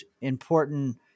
important